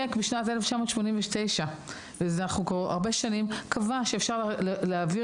המחוקק בשנת 1989 קבע שאפשר להעביר